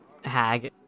hag